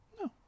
no